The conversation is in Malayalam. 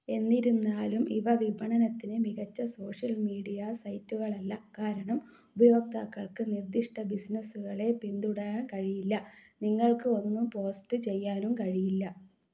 എന്നിരുന്നാലും ഇവ വിപണനത്തിന് മികച്ച സോഷ്യൽ മീഡിയ സൈറ്റുകളല്ല കാരണം ഉപയോക്താക്കൾക്ക് നിർദ്ദിഷ്ട ബിസിനസുകളെ പിന്തുടരാൻ കഴിയില്ല നിങ്ങൾക്ക് ഒന്നും പോസ്റ്റ് ചെയ്യാനും കഴിയില്ല